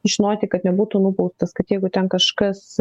žinoti kad nebūtų nubaustas kad jeigu ten kažkas